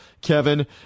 Kevin